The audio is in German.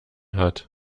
hat